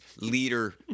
leader